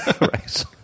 Right